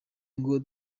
ngo